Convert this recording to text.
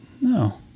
No